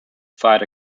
fight